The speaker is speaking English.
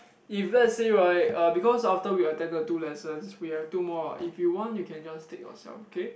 if let's say right uh because after we attend the two lessons we have two more what if you want you can just take yourself okay